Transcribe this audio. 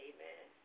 Amen